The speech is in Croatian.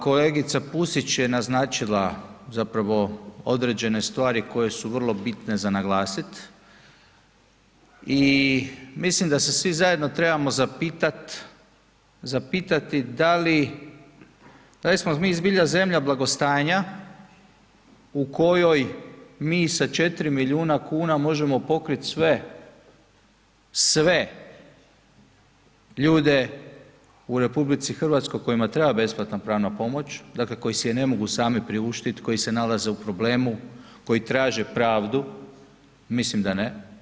Kolegica Pusić je naznačila zapravo određene stvari koje su vrlo bitne za naglasiti i mislim da se svi zajedno trebamo zapitati da li smo mi zbilja zemlja blagostanja u kojoj mi sa 4 milijuna kuna možemo pokriti sve, sve ljude u Republici Hrvatskoj kojima treba besplatna pravna pomoć dakle, koji si je ne mogu sami priuštiti koji se nalaze u problemu, koji traže pravdu, mislim da ne.